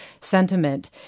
sentiment